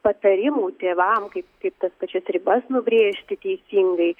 patarimų tėvam kaip kaip tas pačias ribas nubrėžti teisingai